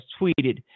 tweeted